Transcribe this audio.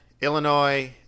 Illinois